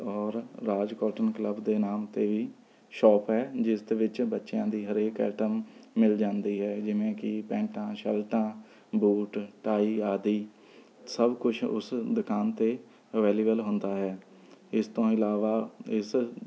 ਔਰ Raj cotton club ਦੇ ਨਾਮ 'ਤੇ ਵੀ ਸ਼ੋਪ ਹੈ ਜਿਸ ਦੇ ਵਿੱਚ ਬੱਚਿਆਂ ਦੀ ਹਰੇਕ ਆਈਟਮ ਮਿਲ ਜਾਂਦੀ ਹੈ ਜਿਵੇਂ ਕਿ ਪੈਂਟਾਂ ਸ਼ਰਟਾਂ ਬੂਟ ਟਾਈ ਆਦਿ ਸਭ ਕੁਛ ਉਸ ਦੁਕਾਨ 'ਤੇ ਅਵੇਲੇਬਲ ਹੁੰਦਾ ਹੈ ਇਸ ਤੋਂ ਇਲਾਵਾ ਇਸ